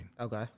Okay